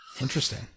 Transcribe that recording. Interesting